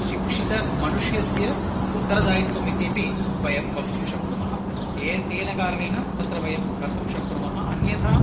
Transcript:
शिक्षितः मनुष्यस्य उत्तरदायित्वम् इत्यपि वयं वक्तुं शक्नुमः ए तेन कारणेन तत्र वयं कर्तुं शक्नुमः अन्यथा